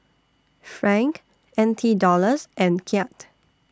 Franc N T Dollars and Kyat